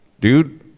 dude